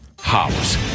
House